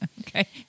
Okay